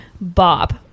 Bob